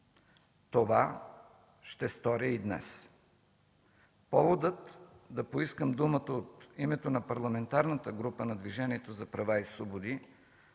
Това ще сторя и днес. Поводът да поискам думата от името на Парламентарната група на Движението за права и свободи